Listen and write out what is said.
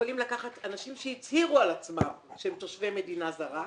יכולים לקחת אנשים שהצהירו על עצמם שהם תושבי מדינה זרה,